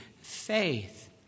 faith